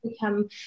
become